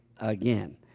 again